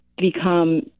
become